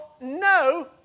no